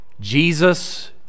Jesus